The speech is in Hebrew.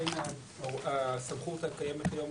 ולכן הסמכות הקיימת שלנו,